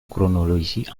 chronologie